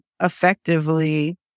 effectively